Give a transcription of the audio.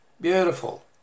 beautiful